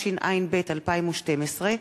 התשע"ב 2012,